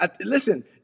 listen